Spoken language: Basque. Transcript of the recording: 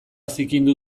zikindu